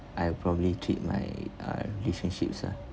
I'll probably keep my uh relationships ah